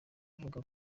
avuga